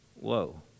whoa